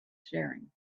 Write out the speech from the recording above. sharing